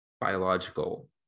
biological